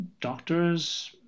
doctors